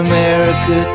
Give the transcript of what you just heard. America